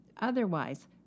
Otherwise